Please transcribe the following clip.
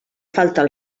faltar